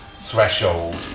threshold